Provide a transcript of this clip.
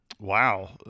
Wow